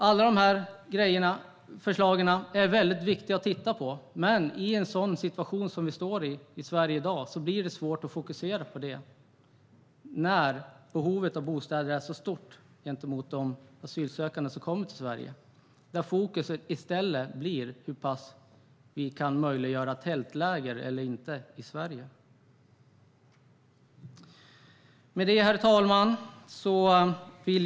Alla dessa förslag är viktiga att titta på. Men i en sådan situation som vi i Sverige i dag befinner oss i blir det svårt att fokusera på det när behovet av bostäder är så stort när det gäller de asylsökande som kommer till Sverige. Där blir det i stället fokus på i vad mån vi kan möjliggöra tältläger eller inte i Sverige. Herr talman!